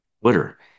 Twitter